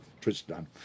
Tristan